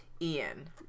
Ian